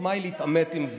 החוכמה היא להתעמת עם זה.